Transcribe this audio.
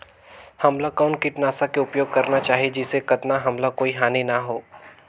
हमला कौन किटनाशक के उपयोग करन चाही जिसे कतना हमला कोई हानि न हो?